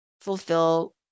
fulfill